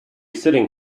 sitting